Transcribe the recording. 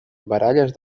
baralles